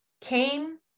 came